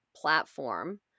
platform